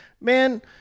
Man